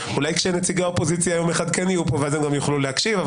אולי כשנציגי האופוזיציה יום אחד כן יהיו פה ואז הם יוכלו להקשיב.